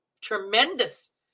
tremendous